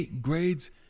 grades